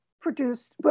produced